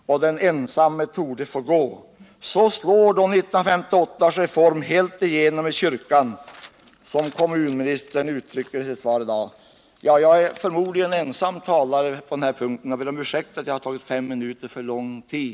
Och den ensamme torde få gå. Så slår då Jag är förmodligen siste talare på den här punkten i dag. och jag ber om utsäkt för att jag tagit fem minuter för lång tid.